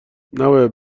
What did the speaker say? نباید